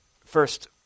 first